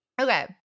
Okay